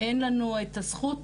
אין לנו את הזכות